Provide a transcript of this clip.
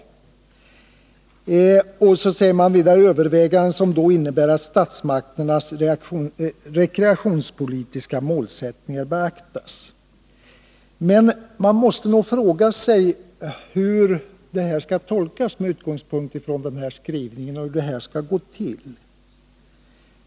Utskottet säger att det är ”överväganden som då innebär att statmakternas rekreationspolitiska målsättningar beaktas”. Men man måste nog fråga sig hur den skrivningen skall tolkas och hur det här skall gå till.